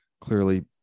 clearly